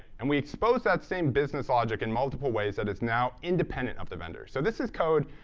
and we expose that same business logic in multiple ways that is now independent of the vendor. so this is code,